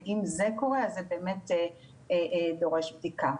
אם זה קורה זה באמת דורש בדיקה.